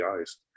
eyes